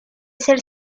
ser